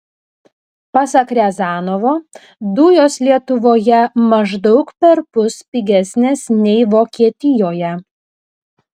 pasak riazanovo dujos lietuvoje maždaug perpus pigesnės nei vokietijoje